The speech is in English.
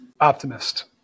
Optimist